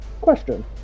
Question